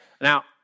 Now